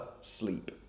sleep